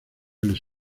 les